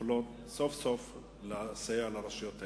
שיוכלו סוף-סוף לסייע לרשויות האלה.